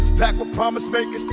is packed with promise makers,